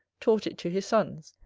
taught it to his sons,